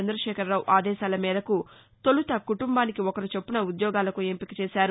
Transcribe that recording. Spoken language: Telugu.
చంద్రకేఖరరావు ఆదేశాల మేరకు తొలుత కుటుంబానికి ఒక్కరుచొప్నున ఉద్యోగాలకు ఎంపిక చేశారు